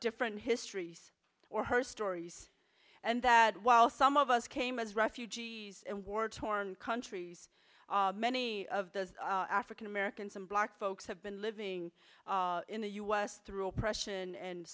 different histories or her stories and that while some of us came as refugees and war torn countries many of the african americans and black folks have been living in the us through oppression and